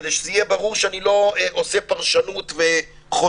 כדי שיהיה ברור שאני לא עושה פרשנות וחוטא,